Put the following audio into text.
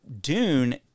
dune